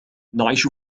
نعيش